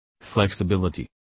Flexibility